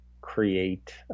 create